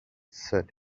said